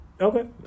Okay